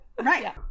Right